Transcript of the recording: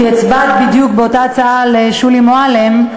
כי הצבעת בדיוק באותה הצעה לשולי מועלם,